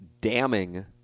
damning